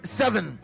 seven